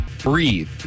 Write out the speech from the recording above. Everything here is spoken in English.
Breathe